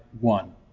one